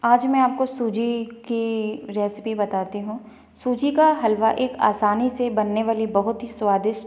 आज मैं आपको सूजी की रेसिपी बताती हूँ सूजी का हलवा एक आसानी से बनने वाली बहुत ही स्वादिष्ट